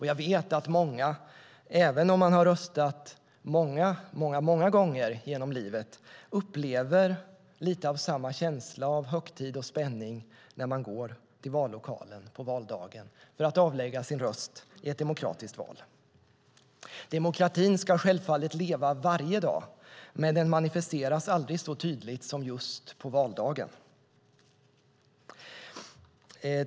Jag vet att många, även om man har röstat många gånger genom livet, upplever lite av samma känsla av högtid och spänning när man går till vallokalen på valdagen för att avlägga sin röst i ett demokratiskt val. Demokratin ska självfallet leva varje dag, men den manifesteras aldrig så tydligt som just på valdagen.